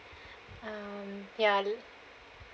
um ya